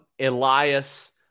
Elias